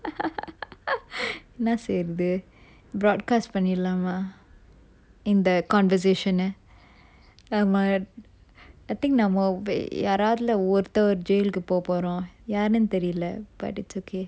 என்னா செய்றது:enna seyrathu broadcast பண்ணிரலாமா இந்த:panniralaama intha conversation ah ஆமா:aama I think யாராதுல ஒருத்தவர்:yarathula oruthar jail கு போபோரம் யாருன்னு தெரியல:ku poporam yarunnu theriyala but it's okay